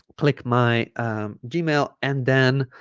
click my gmail and then